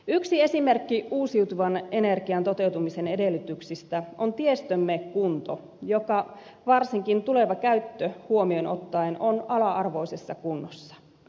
yksi esimerkki uusiutuvan energian toteutumisen edellytyksistä on tiestömme joka varsinkin tuleva käyttö huomioon ottaen on ala arvoisessa kunnossa